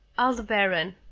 aldebaran.